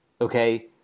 okay